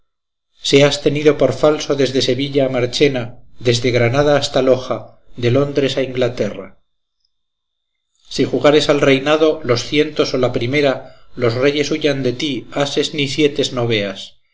avengas seas tenido por falso desde sevilla a marchena desde granada hasta loja de londres a inglaterra si jugares al reinado los cientos o la primera los reyes huyan de ti ases ni sietes